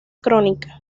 crónica